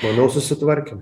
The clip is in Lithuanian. manau susitvarkėm